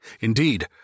Indeed